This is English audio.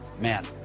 man